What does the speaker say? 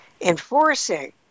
enforcing